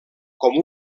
com